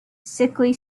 sickly